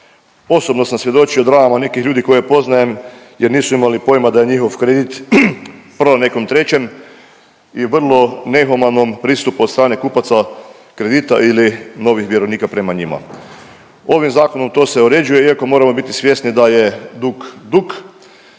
Osobno sam svjedočio dramama nekih ljudi koje poznajem jer nisu imali pojma da je njihov kredit prodan nekom trećem i vrlo nehumanom pristupu od strane kupaca kredita ili novih vjerovnika prema njima. Ovim zakonom to se uređuje iako moramo biti svjesni da je dug dug